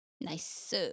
Nice